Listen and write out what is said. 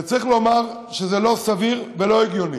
צריך לומר שזה לא סביר ולא הגיוני